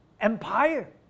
empire